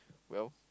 well